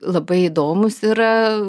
labai įdomūs yra